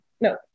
No